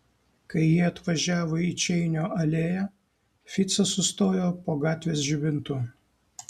kai jie atvažiavo į čeinio alėją ficas sustojo po gatvės žibintu